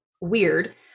weird